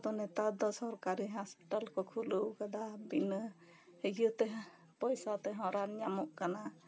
ᱟᱫᱚ ᱱᱮᱛᱟᱨ ᱰᱚ ᱥᱚᱨᱠᱟᱨᱤ ᱦᱟᱥᱯᱟᱛᱟᱞ ᱠᱚ ᱠᱷᱩᱞᱟᱹᱣ ᱠᱟᱫᱟ ᱵᱤᱱᱟ ᱤᱭᱟᱹ ᱛᱮ ᱯᱩᱭᱥᱟ ᱛᱮᱦᱚᱸ ᱨᱟᱱ ᱧᱟᱢᱚᱜ ᱠᱟᱱᱟ